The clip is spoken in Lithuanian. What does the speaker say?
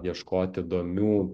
ieškoti įdomių